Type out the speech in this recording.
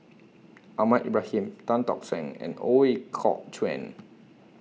Ahmad Ibrahim Tan Tock Seng and Ooi Kok Chuen